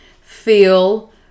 feel